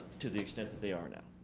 to the extent that they are now.